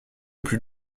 plus